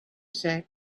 said